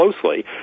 closely